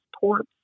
ports